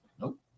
Nope